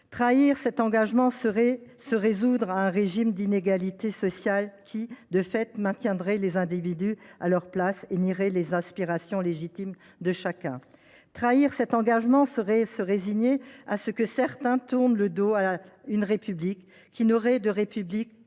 Trahir cet engagement serait se résoudre à un régime d’inégalités sociales, qui, de fait, maintiendrait les individus à leur place et nierait les aspirations légitimes de chacun. Trahir cet engagement serait se résigner à ce que certains tournent le dos à la République, qui n’aurait de République